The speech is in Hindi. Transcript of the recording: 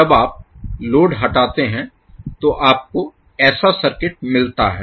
जब आप लोड हटाते हैं तो आपको ऐसा सर्किट मिलता है